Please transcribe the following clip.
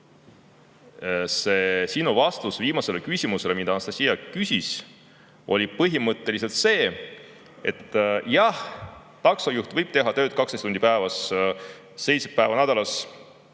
Sinu vastus viimasele küsimusele, mille Anastassia küsis, oli põhimõtteliselt see, et jah, taksojuht võib teha tööd 12 tundi päevas, seitse päeva nädalas,